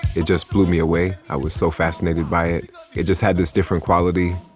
it just blew me away. i was so fascinated by it. it just had this different quality.